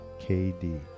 KD